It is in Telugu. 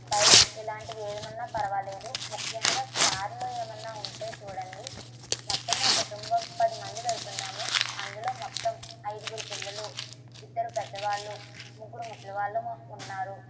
బైక్ ఇలాంటివి ఏమన్నా పరవాలేదు ముఖ్యంగా కారులో ఏమన్నా ఉంటే చూడండి మొత్తం నా కుటుంబం పదిమంది వెళ్తున్నాము అందులో మొత్తం ఐదుగురు పిల్లలు ఇద్దరు పెద్దవాళ్లు ముగ్గురు ముసలి వాళ్ళు ఉన్నారు